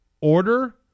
order